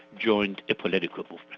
joined a political movement.